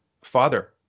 father